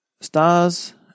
stars